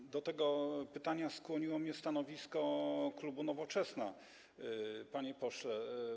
Do zadania tego pytania skłoniło mnie stanowisko klubu Nowoczesna, panie pośle.